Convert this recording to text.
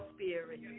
spirit